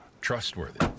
trustworthy